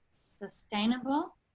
sustainable